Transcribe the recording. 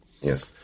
Yes